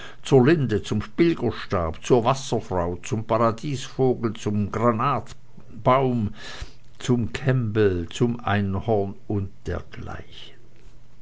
zur linde zum pilgerstab zur wasserfrau zum paradiesvogel zum granatbaum zum kämbel zum einhorn und dergleichen